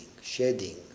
shedding